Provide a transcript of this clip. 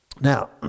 Now